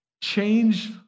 Change